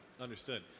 Understood